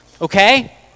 Okay